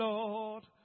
Lord